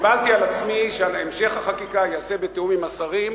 קיבלתי על עצמי שהמשך החקיקה ייעשה בתיאום עם השרים,